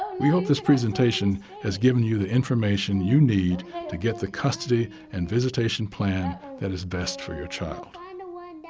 we hope this presentation has given you the information you need to get the custody and visitation plan that is best for your child.